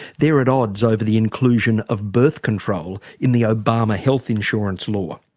they're at odds over the inclusion of birth control in the obama health insurance law.